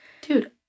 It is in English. Dude